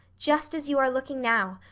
just as you are looking now,